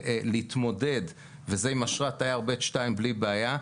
להתמודד וזה עם --- היה עובד שתיים בלי בעיה.